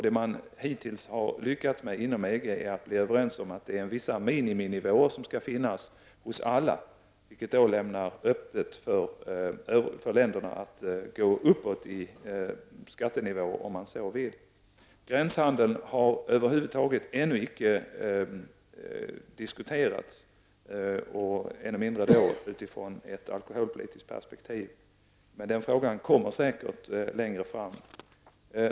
Det man hittills har lyckats med inom EG är att bli överens om att vissa miniminivåer skall finnas hos alla, vilket lämnar öppet för länderna att gå uppåt i skattenivå om de så vill. Gränshandeln har över huvud taget ännu icke diskuterats, ännu mindre utifrån ett alkoholpolitiskt perspektiv. Men den frågan kommer säkert längre fram.